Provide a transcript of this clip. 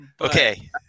Okay